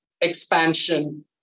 expansion